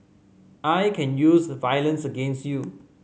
I can use violence against you